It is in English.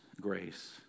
grace